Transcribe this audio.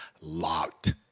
locked